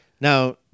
Now